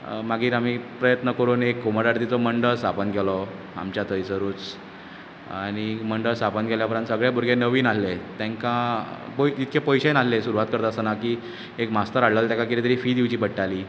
मागीर आमी प्रयत्न करून एक घुमट आरतीचो मंडळ स्थापन केलो आमच्या थंयसरूच आनी मंडळ स्थापन केल्या उपरांत सगळे भुरगे नवीन आसले तेंकां इतके पयशेय नासले सुरवात करता आसतना की एक मास्तर हाडलो जाल्यार ताका कितें तरी फी दिवची पडटाली